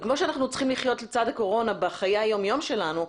כמו שאנחנו צריכים לחיות לצד הקורונה בחיי היום יום שלנו,